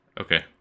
Okay